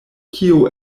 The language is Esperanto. kio